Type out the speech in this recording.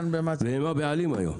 והם הבעלים היום.